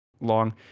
long